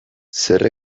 zer